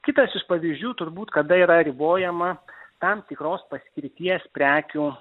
kitas iš pavyzdžių turbūt kada yra ribojama tam tikros paskirties prekių